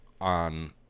On